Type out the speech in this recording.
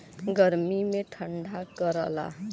गर्मी मे ठंडा करला